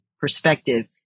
perspective